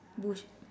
bush